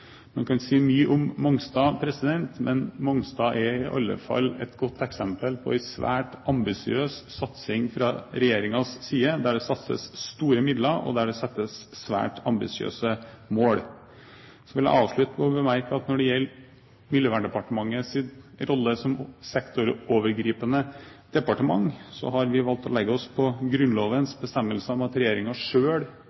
Man kan si mye om Mongstad, men Mongstad er i alle fall et godt eksempel på en svært ambisiøs satsing fra regjeringens side, der det satses store midler, og der det settes svært ambisiøse mål. Jeg vil avslutte med å bemerke at når det gjelder Miljøverndepartementets rolle som sektorovergripende departement, har vi valgt å legge oss på Grunnlovens